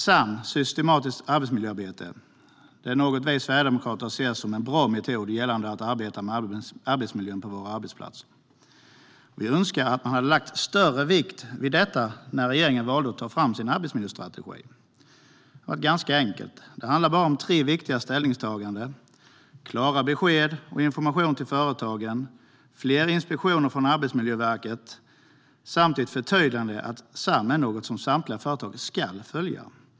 SAM, systematiskt arbetsmiljöarbete, ser vi sverigedemokrater som en bra metod när det gäller att arbeta med arbetsmiljön på våra arbetsplatser. Vi önskar att regeringen hade lagt större vikt vid detta när man tog fram sin arbetsmiljöstrategi. Det hade varit ganska enkelt. Det handlar bara om tre viktiga ställningstaganden: klara besked och information till företagen, fler inspektioner från Arbetsmiljöverket och ett förtydligande av att SAM är något som samtliga företag ska följa.